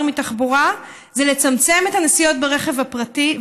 מתחבורה זה לצמצם את הנסיעות ברכב הפרטי,